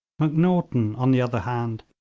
macnaghten, on the other hand,